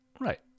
Right